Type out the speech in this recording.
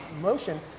motion